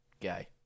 guy